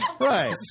Right